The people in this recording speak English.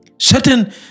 certain